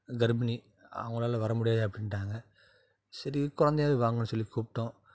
கர்ப்பிணி அவங்களால் வர முடியாது அப்படின்ட்டாங்க சரி கொழந்தையாவது வாங்கன்னு சொல்லி கூப்பிட்டோம்